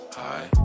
hi